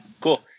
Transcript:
Cool